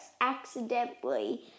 accidentally